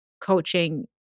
coaching